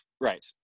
Right